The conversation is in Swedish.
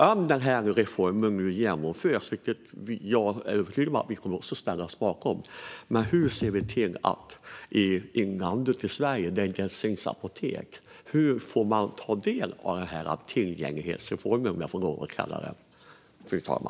Om den här reformen genomförs, vilket jag är övertygad om att vi kommer att ställa oss bakom, hur ser vi till att man i inlandet i Sverige där det inte ens finns apotek får ta del av denna tillgänglighetsreform, om jag får kalla den så?